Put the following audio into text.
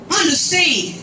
understand